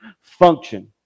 function